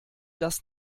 das